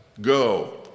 go